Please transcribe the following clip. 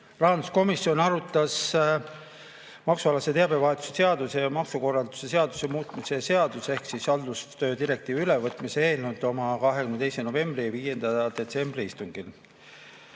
Rahanduskomisjon arutas maksualase teabevahetuse seaduse ja maksukorralduse seaduse muutmise seaduse ehk halduskoostöö direktiivi ülevõtmise [seaduse] eelnõu oma 22. novembri ja 5. detsembri istungil.